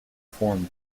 forms